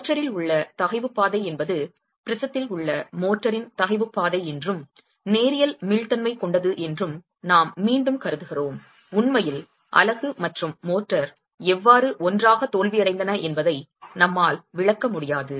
மோர்டரில் உள்ள தகைவுப் பாதை என்பது ப்ரிஸத்தில் உள்ள மோர்டாரின் தகைவுப் பாதை என்றும் நேரியல் மீள்தன்மை கொண்டது என்றும் நாம் மீண்டும் கருதுகிறோம் உண்மையில் அலகு மற்றும் மோட்டார் எவ்வாறு ஒன்றாக தோல்வியடைந்தன என்பதை நம்மால் விளக்க முடியாது